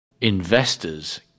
investors